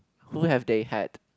who have they had